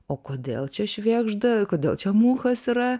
o kodėl čia švėgžda kodėl čia muchas yra